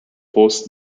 post